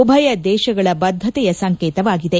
ಉಭಯ ದೇತಗಳ ಬದ್ದತೆಯ ಸಂಕೇತವಾಗಿದೆ